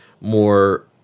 more